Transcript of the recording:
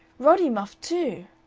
roddy muffed two.